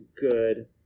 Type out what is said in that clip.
good